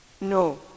No